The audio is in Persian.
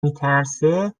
میترسه